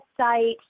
website